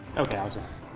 ok, i'll just